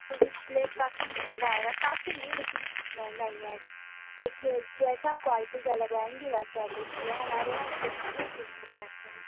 तो डिस्प्ले काफी महंगा आएगा काफी नहीं लेकिन कुछ महंगा ही आएगा देखिए जैसा क्वॉलटी का लगवाएँगी वैसा डिस्प्ले हमारे यहाँ डिस्प्ले तीन प्रकार का है